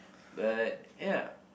but ya